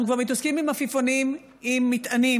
אנחנו כבר מתעסקים עם עפיפונים עם מטענים,